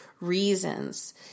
reasons